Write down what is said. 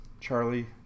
Charlie